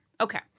Okay